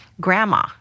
Grandma